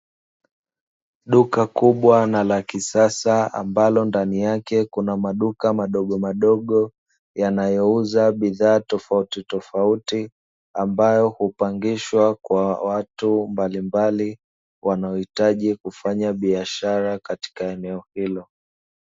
Duka kubwa na la kisasa ambalo ndani yake kuna maduka madogo madogo yanayouza bidhaa tofauti tofauti, ambayo hupangishwa kwa watu mbalimbali wanaohitaji kufanya biashara katika eneo hilo.